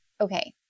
okay